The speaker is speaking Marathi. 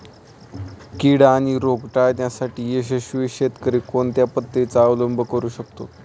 कीड आणि रोग टाळण्यासाठी यशस्वी शेतकरी कोणत्या पद्धतींचा अवलंब करू शकतो?